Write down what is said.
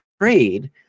trade